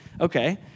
okay